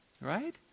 Right